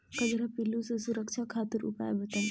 कजरा पिल्लू से सुरक्षा खातिर उपाय बताई?